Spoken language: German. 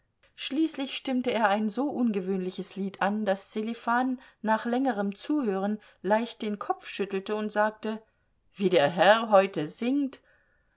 schließlich stimmte er ein so ungewöhnliches lied an daß sselifan nach längerem zuhören leicht den kopf schüttelte und sagte wie der herr heute singt